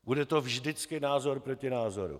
Bude to vždycky názor proti názoru.